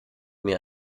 mir